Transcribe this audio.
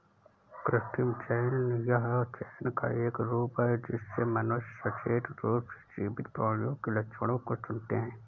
कृत्रिम चयन यह चयन का एक रूप है जिससे मनुष्य सचेत रूप से जीवित प्राणियों के लक्षणों को चुनते है